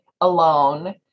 alone